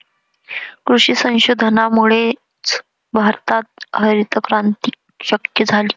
कृषी संशोधनामुळेच भारतात हरितक्रांती शक्य झाली